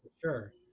sure